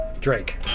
Drake